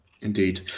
Indeed